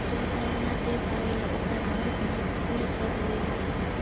जवन उधारी ना दे पावेलन ओकर घर भी कुल सब ले लियाला